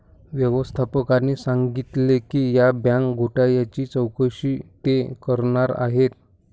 व्यवस्थापकाने सांगितले की या बँक घोटाळ्याची चौकशी ते करणार आहेत